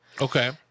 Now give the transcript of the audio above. Okay